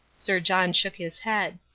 sir john shook his head.